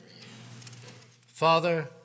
Father